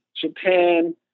japan